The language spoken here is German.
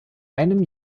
einem